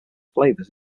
flavours